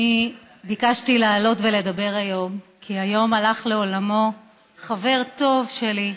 ביקשתי לעלות ולדבר היום כי היום הלך לעולמו חבר טוב שלי,